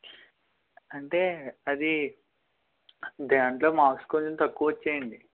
అంటే అది దాంట్లో మార్క్స్ కొంచెం తక్కువ వచ్చాయండి